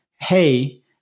hey